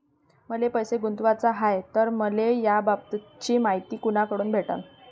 मले पैसा गुंतवाचा हाय तर मले याबाबतीची मायती कुनाकडून भेटन?